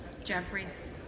Jeffries